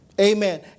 Amen